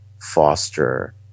foster